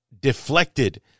deflected